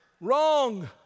Wrong